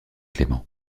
clement